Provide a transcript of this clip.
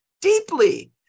deeply